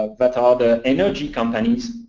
ah that are the energy companies,